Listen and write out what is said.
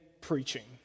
preaching